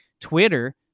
Twitter